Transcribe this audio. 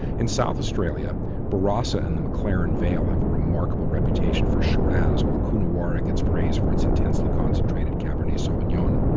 in south australia barossa and the mclaren vale have a remarkable reputation for shiraz while coonawara gets praise for its intensely concentrated cabernet sauvignon,